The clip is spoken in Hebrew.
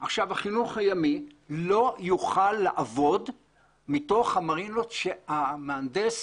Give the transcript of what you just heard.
החינוך הימי לא יוכל לעבוד מתוך המרינות שהמהנדס